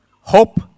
hope